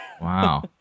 Wow